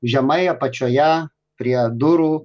žemai apačioje prie durų